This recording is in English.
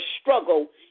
struggle